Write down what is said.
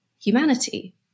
humanity